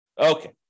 Okay